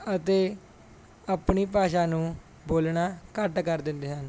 ਅਤੇ ਆਪਣੀ ਭਾਸ਼ਾ ਨੂੰ ਬੋਲਣਾ ਘੱਟ ਕਰ ਦਿੰਦੇ ਹਨ